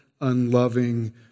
unloving